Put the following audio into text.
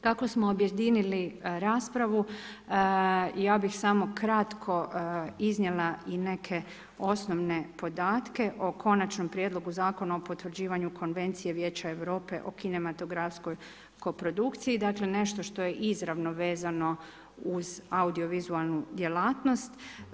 Kako smo objedinili raspravu ja bih samo kratko iznijela i neke osnovne podatke o konačnom prijedlogu Zakona o potvrđivanju konvencije Vijeća Europe o kinematografskoj produkciji, dakle nešto što je izravno vezano uz audiovizualnu djelatnost.